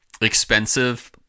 expensive